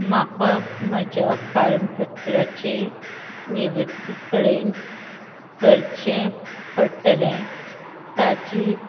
म्हाका म्हज्या पारपत्राचे नविनीकरण करचें पडटलें ताची